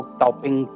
topping